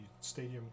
stadium